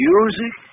Music